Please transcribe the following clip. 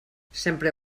sempre